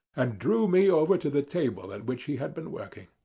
and drew me over to the table at which he had been working.